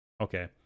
okay